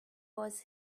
was